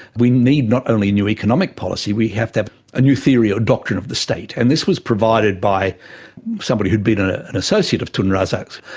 we need not only new economic policy, we have to have a new theory or a doctrine of the state, and this was provided by somebody who been ah an associate of tun razak's,